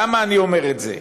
למה אני אומר את זה?